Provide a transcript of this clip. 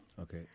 Okay